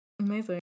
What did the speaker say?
Amazing